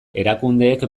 erakundeek